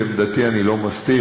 את עמדתי אני לא מסתיר,